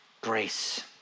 grace